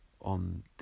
on